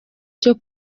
cyo